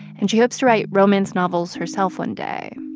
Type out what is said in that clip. and she hopes to write romance novels herself one day.